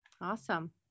Awesome